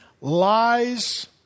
lies